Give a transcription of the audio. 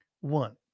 One